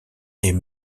est